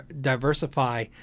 diversify